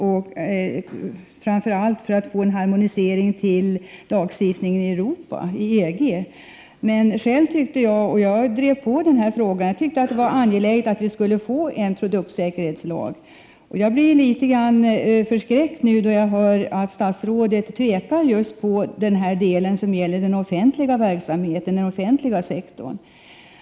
Herr talman! Då lagen antogs av riksdagen i december i höstas fanns det de som tyckte att vi skulle vänta med att anta lagen, framför allt för att få en harmonisering med lagstiftningen inom EG. Själv drev jag linjen att vi skulle få en produktsäkerhetslag. Jag blir litet förskräckt när jag hör att statsrådet tvekar litet beträffande den offentliga verksamheten.